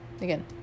Again